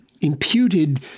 imputed